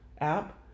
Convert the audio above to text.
app